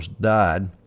died